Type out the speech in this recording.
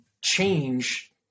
change